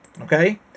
Okay